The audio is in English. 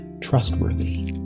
trustworthy